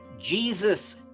Jesus